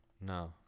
No